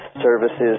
services